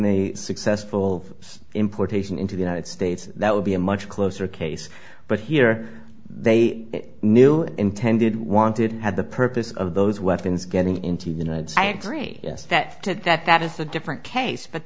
the successful importation into the united states that would be a much closer case but here they knew intended wanted and had the purpose of those weapons getting into units i agree that to that that is a different case but